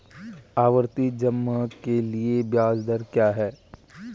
आवर्ती जमा के लिए ब्याज दर क्या है?